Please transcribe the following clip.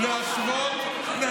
להשוות,